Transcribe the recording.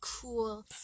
cool